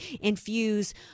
infuse